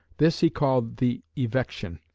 this he called the evection,